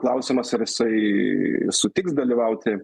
klausimas ar jisai sutiks dalyvauti